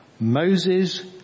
Moses